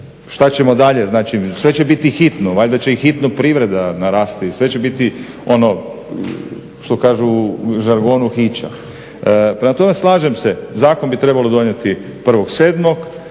Šta ćemo dalje znači sve će biti hitno? Valjda će hitno i privreda narasti, sve će biti ono što kažu u žargonu hića. Prema tome slažem se zakon bi trebalo donijeti